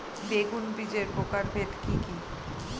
বেগুন বীজের প্রকারভেদ কি কী?